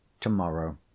tomorrow